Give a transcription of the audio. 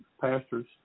pastors